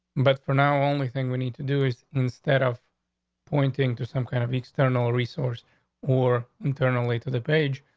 but for now, only thing we need to do is instead of pointing to some kind of external resource or internally to the page,